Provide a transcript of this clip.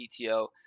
PTO